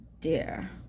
dear